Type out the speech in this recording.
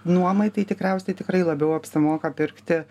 nuomai tai tikriausiai tikrai labiau apsimoka pirkti